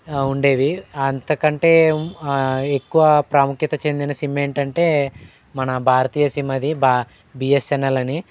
ఉండేవి అంతకంటే ఎక్కువ ప్రాముఖ్యత చెందిన సిమ్ ఏంటంటే మన భారతీయ సిమ్ అది బ బిఎస్ఎన్ఎల్ అని